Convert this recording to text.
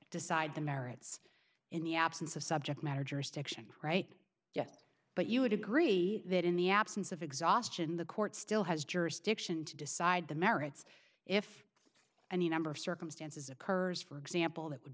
decide the merits in the absence of subject matter jurisdiction right yes but you would agree that in the absence of exhaustion the court still has jurisdiction to decide the merits if any number of circumstances occurs for example that would